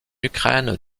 ukraine